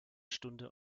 stunde